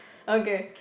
okay